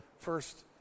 first